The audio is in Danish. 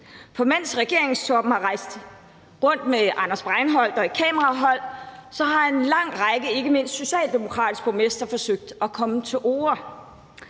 for mens regeringstoppen har rejst rundt med Anders Breinholt og et kamerahold, har en lang række ikke mindst socialdemokratiske borgmestre forsøgt at komme til orde.